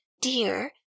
Dear